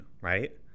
right